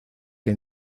que